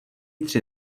tři